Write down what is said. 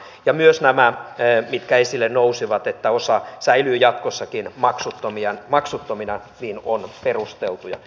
ja myös nämä mitkä esille nousivat että osa säilyy jatkossakin maksuttomina ovat perusteltuja